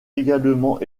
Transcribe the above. également